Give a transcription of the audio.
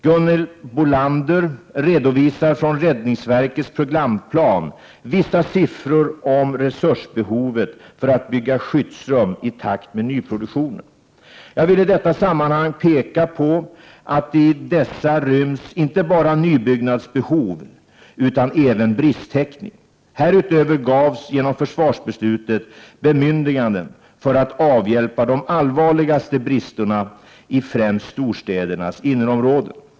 Gunhild Bolander redovisar från räddningsverkets programplan vissa siffror om resursbehovet för att bygga skyddsrum i takt med nyproduktionen. Jag vill i detta sammanhang peka på att i dessa ryms inte bara nybyggnadsbehov utan även bristtäckning. Härutöver gavs genom försvarsbeslutet bemyndiganden för att avhjälpa de allvarligaste bristerna i främst storstädernas innerområden.